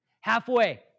Halfway